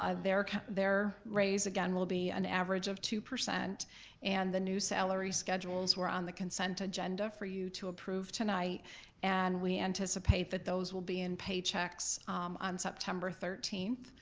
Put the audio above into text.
their their raise again will be an average of two percent and the new salary schedules were on the consent agenda for you to approve tonight and we anticipate that those will be in paychecks on september thirteenth.